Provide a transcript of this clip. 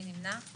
מי נמנע?